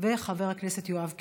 וחבר הכנסת יואב קיש.